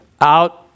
out